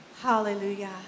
Hallelujah